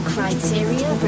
Criteria